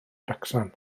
wrecsam